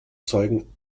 zeugen